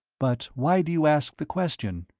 but why do you ask the question?